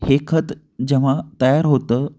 हे खत जेव्हा तयार होतं